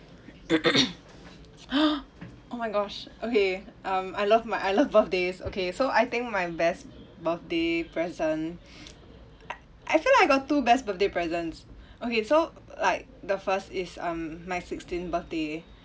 !huh! oh my gosh okay um I love my I love birthdays okay so I think my best birthday present I I feel like I got two best birthday presents okay so like the first is um my sixteenth birthday